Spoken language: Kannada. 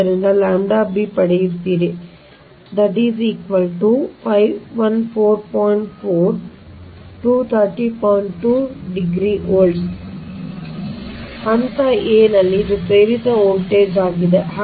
ಆದ್ದರಿಂದ ನೀವು ʎb ಪಡೆಯುತ್ತೀರಿ ವೋಲ್ಟ್ಗಳಿಗೆ ಸಮಾನವಾಗಿರುತ್ತದೆ ಅಂದರೆ ಹಂತ a ನಲ್ಲಿ ಇದು ಪ್ರೇರಿತ ವೋಲ್ಟೇಜ್ ಆಗಿದೆ